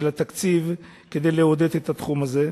של התקציב, כדי לעודד את התחום הזה.